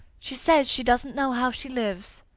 she says she doesn't know how she lives.